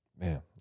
Man